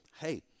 hey